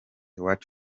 what